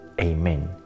Amen